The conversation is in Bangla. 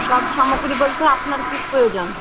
সব সামগ্রী বলতে আপনার কী প্রয়োজন